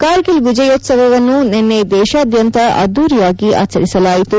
ಕಾರ್ಗಿಲ್ ವಿಜಯೋತ್ತವವನ್ನು ನಿನ್ನೆ ದೇಶಾದ್ಯಂತ ಅದ್ದೂರಿಯಾಗಿ ಆಚರಿಸಲಾಯಿತು